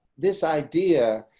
this idea.